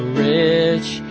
rich